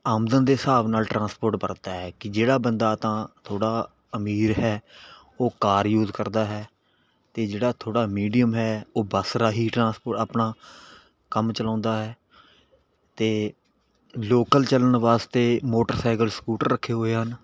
ਆਮਦਨ ਦੇ ਹਿਸਾਬ ਨਾਲ ਟਰਾਂਸਪੋਰਟ ਵਰਤਦਾ ਹੈ ਕਿ ਜਿਹੜਾ ਬੰਦਾ ਤਾਂ ਥੋੜ੍ਹਾ ਅਮੀਰ ਹੈ ਉਹ ਕਾਰ ਯੂਜ ਕਰਦਾ ਹੈ ਅਤੇ ਜਿਹੜਾ ਥੋੜ੍ਹਾ ਮੀਡੀਅਮ ਹੈ ਉਹ ਬੱਸ ਰਾਹੀਂ ਟਰਾਂਸਪੋਰਟ ਆਪਣਾ ਕੰਮ ਚਲਾਉਂਦਾ ਹੈ ਅਤੇ ਲੋਕਲ ਚੱਲਣ ਵਾਸਤੇ ਮੋਟਰਸਾਈਕਲ ਸਕੂਟਰ ਰੱਖੇ ਹੋਏ ਹਨ